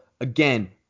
again